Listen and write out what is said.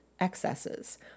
excesses